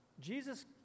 Jesus